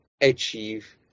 achieve